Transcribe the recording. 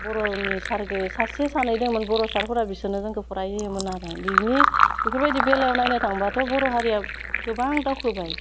बर'नि सारखौ सासे सानै दंमोन बर' सारफोरा बिसोरनो जोंखौ फरायहोयोमोन आरो बिनि बिफोरबायदि बेलायाव नायनो थांबाथ' बर' हारिया गोबां दावखोबाय